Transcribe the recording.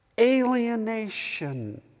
alienation